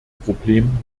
problem